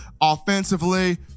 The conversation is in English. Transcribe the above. Offensively